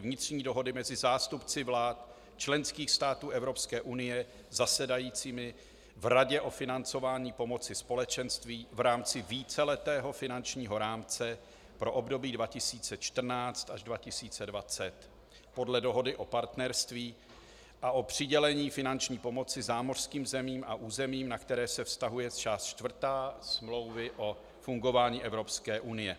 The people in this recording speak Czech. Vnitřní dohody mezi zástupci vlád členských států Evropské unie zasedajícími v Radě o financování pomoci Společenství v rámci víceletého finančního rámce pro období 2014 až 2020 podle dohody o partnerství a o přidělení finanční pomoci zámořským zemím a územím, na které se vztahuje část čtvrtá Smlouvy o fungování Evropské unie.